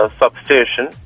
substation